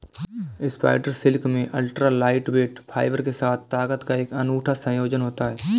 spider silk में ultra lightweight fibre के साथ ताकत का एक अनूठा संयोजन होता है